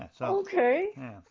Okay